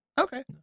Okay